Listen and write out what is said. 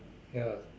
ya